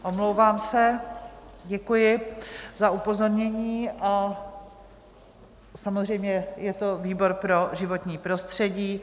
Omlouvám se, děkuji za upozornění, samozřejmě je to výbor pro životní prostředí.